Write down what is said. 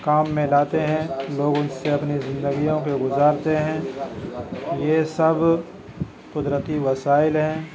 کام میں لاتے ہیں لوگ ان سے اپنی زندگیوں کے گزارتے ہیں یہ سب قدرتی وسائل ہیں